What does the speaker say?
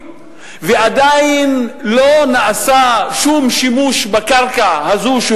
ועדיין לא נעשה שום שימוש בקרקע הזאת,